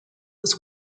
was